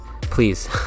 please